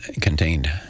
contained